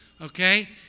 okay